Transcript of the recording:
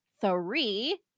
three